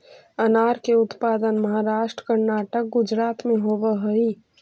अनार के उत्पादन महाराष्ट्र, कर्नाटक, गुजरात में होवऽ हई